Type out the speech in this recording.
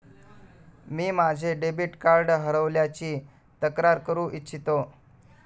मी माझे debit card हरवल्याची तक्रार करू इच्छितो